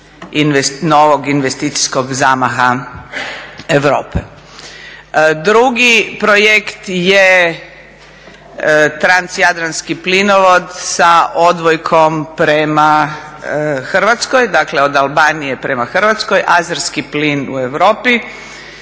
novog investicijskog zamaha Europe. Drugo projekt je transjadranski plinovod sa odvojkom prema Hrvatskoj, dakle od Albanije prema Hrvatskoj, azerski plin u Europi